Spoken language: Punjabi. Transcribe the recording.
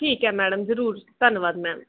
ਠੀਕ ਹੈ ਮੈਡਮ ਜ਼ਰੂਰ ਧੰਨਵਾਦ ਮੈਮ